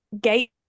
gate